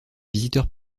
visiteurs